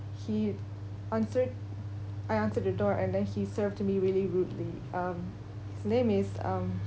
he answered I answered the door and then he served me really rudely um his name is um